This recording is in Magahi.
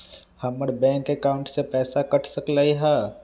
हमर बैंक अकाउंट से पैसा कट सकलइ ह?